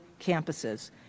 campuses